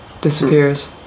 disappears